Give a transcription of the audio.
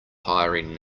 hiring